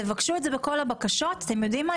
תבקשו את זה בכל הבקשות אתם יודעים מה?